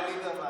אביגדור ליברמן,